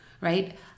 right